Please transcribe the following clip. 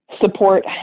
support